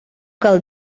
cal